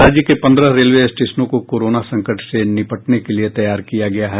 राज्य के पंद्रह रेलवे स्टेशनों को कोरोना संकट से निपटने के लिये तैयार किया गया है